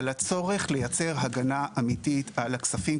על הצורך לייצר הגנה אמיתית על הכספים,